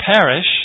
perish